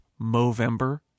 Movember